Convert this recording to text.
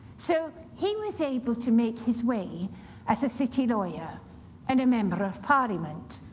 so he was able to make his way as a city lawyer and a member of parliament.